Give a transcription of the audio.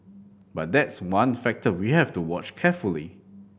but that's one factor we have to watch carefully